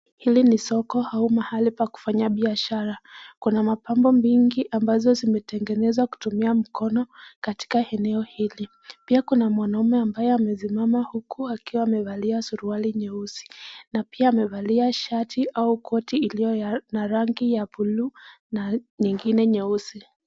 Hili ni soko au mahali pa kufanyia biashara kuna mapambo mingi ambazo zimetengenezwa kutumia mkono katika eneo hili .Pia kuna mwanaume ambaye amesimama huku akiwa amevalia suruali nyeusi pia amevalia shati au koti iliyo ya rangi ya buluu na nyingine nyeusi.